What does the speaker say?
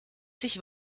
sich